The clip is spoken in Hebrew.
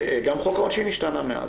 גם חוק העונשין השתנה מאז.